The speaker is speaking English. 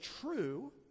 true